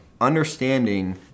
understanding